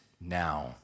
now